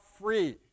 free